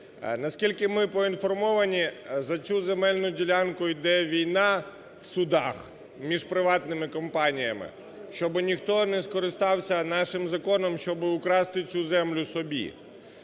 Наскільки ми поінформовані, за цю земельну ділянку йде війна в судах між приватними компаніями. Щоб ніхто не скористався нашим законом, щоб украсти цю землю собі.